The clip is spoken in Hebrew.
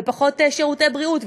ופחות שירותי בריאות,